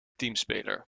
teamspeler